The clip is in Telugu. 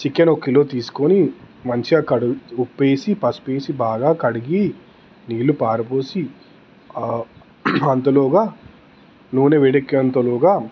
చికెన్ ఒక కిలో తీసుకొని మంచిగా కడు ఉప్పు వేసి పసుపు వేసి బాగా కడిగి నీళ్ళు పారబోసి అంతలోగా నూనె వేడెక్కే అంతలోగా